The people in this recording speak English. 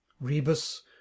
rebus